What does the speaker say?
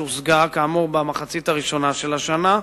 שהושגה כאמור במחצית הראשונה של השנה,